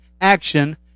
action